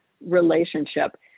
relationship